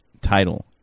title